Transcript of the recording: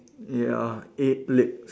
ya eight leg